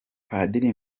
padiri